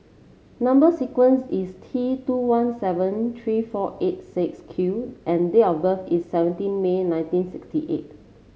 number sequence is T two one seven three four eight six Q and date of birth is seventeen May nineteen sixty eight